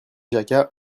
jacquat